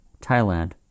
Thailand